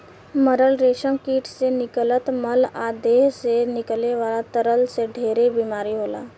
मरल रेशम कीट से निकलत मल आ देह से निकले वाला तरल से ढेरे बीमारी होला